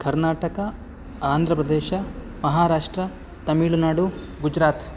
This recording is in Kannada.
ಕರ್ನಾಟಕ ಆಂಧ್ರ ಪ್ರದೇಶ ಮಹಾರಾಷ್ಟ್ರ ತಮಿಳುನಾಡು ಗುಜರಾತ್